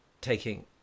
taking